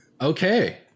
Okay